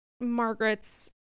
Margaret's